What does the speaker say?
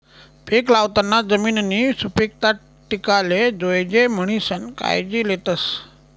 पीक लावाना जमिननी सुपीकता टिकाले जोयजे म्हणीसन कायजी लेतस